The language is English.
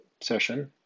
session